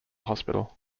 hospital